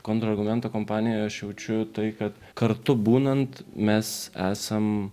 kontrargumento kompanijoj aš jaučiu tai kad kartu būnant mes esam